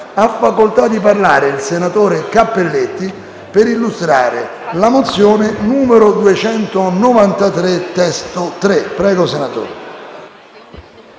Ha facoltà di parlare il senatore Cappelletti per illustrare la mozione n. 293 (testo 3). *(Brusio).*